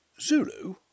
Zulu